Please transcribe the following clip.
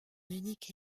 unique